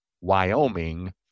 Wyoming